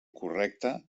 correcte